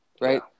right